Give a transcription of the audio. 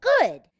good